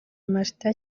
malta